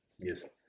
Yes